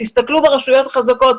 תסתכלו ברשויות החזקות,